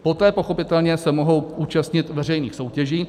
Poté pochopitelně se mohou účastnit veřejných soutěží.